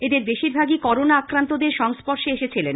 এদের বেশিরভাগই করোনা আক্রান্তদের সংস্পর্শে এসেছিলেন